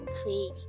create